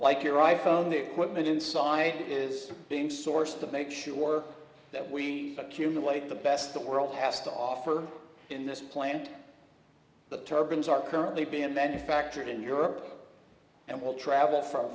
like your i phone the equipment inside is being sourced to make sure that we accumulate the best the world has to offer in this plant the turbans are currently being manufactured in europe and will travel from